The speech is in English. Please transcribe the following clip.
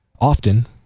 Often